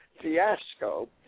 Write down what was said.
fiasco